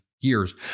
years